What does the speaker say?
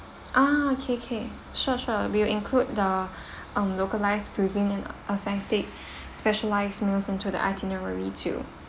ah okay okay sure sure we will include the um localized cuisine and authentic specialised meals into the itinerary too